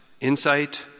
insight